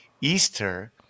Easter